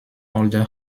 older